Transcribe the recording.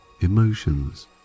emotions